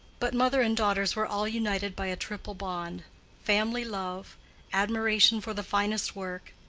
but mother and daughters were all united by a triple bond family love admiration for the finest work,